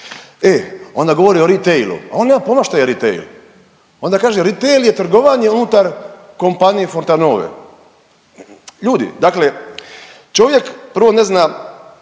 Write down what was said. E onda govori o retailu. On nema pojma što je retail. Onda kaže retail je trgovanje unutar kompanije Fortanove. Ljudi, dakle čovjek prvo ne zna